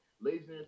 laziness